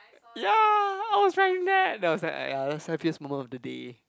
ya I was riding that then I was like uh ya that was the happiest moment of the day